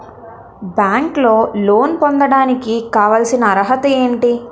బ్యాంకులో లోన్ పొందడానికి కావాల్సిన అర్హత ఏంటి?